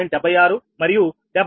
76 మరియు 73